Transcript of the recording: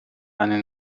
eine